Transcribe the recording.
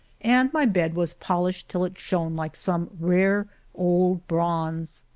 and my bed was polished till it shone like some rare old bronze.